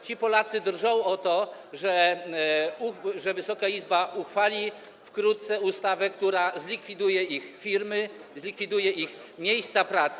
Ci Polacy drżą o to, że Wysoka Izba uchwali wkrótce ustawę, która zlikwiduje ich firmy, zlikwiduje ich miejsca pracy.